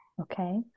Okay